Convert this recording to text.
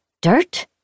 dirt